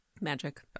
Magic